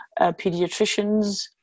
pediatricians